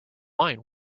wine